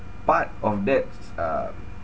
part of that um